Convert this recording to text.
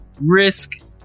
risk